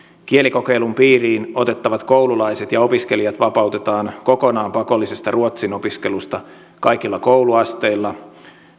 kielikokeilun piiriin otettavat koululaiset ja opiskelijat vapautetaan kokonaan pakollisesta ruotsin opiskelusta kaikilla kouluasteilla